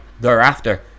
thereafter